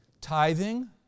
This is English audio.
Tithing